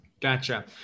Gotcha